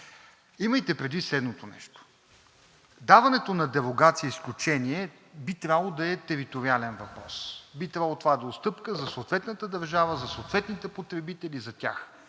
Имайте предвид следното нещо – даването на дерогация е изключение, би трябвало да е териториален въпрос, би трябвало това да е отстъпка за съответната държава, за съответните потребители и за тях